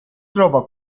trova